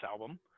album